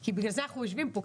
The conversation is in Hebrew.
כי בגלל זה אנחנו יושבים פה,